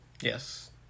Yes